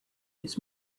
its